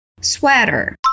Sweater